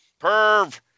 Perv